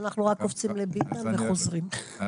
תודה רבה.